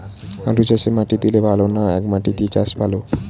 আলুচাষে মাটি দিলে ভালো না একমাটি দিয়ে চাষ ভালো?